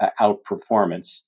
outperformance